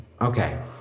Okay